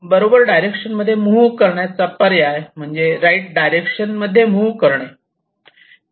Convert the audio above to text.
बरोबर डायरेक्शन मध्ये मुव्ह करण्याचा पर्याय म्हणजे राईट डायरेक्शन मध्ये मुव्ह करणे